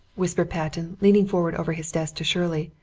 whispered patten, leaning forward over his desk to shirley,